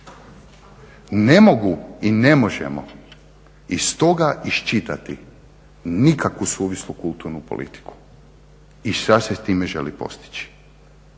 Ne mogu i ne možemo iz toga iščitati nikakvu suvislu kulturnu politiku i šta se s time želi postići.